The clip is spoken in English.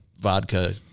vodka